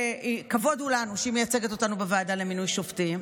שכבוד הוא לנו שהיא מייצגת אותנו בוועדה למינוי שופטים.